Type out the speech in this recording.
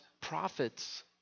prophets